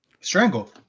Strangle